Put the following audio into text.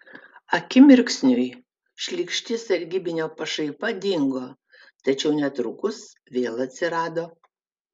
akimirksniui šlykšti sargybinio pašaipa dingo tačiau netrukus vėl atsirado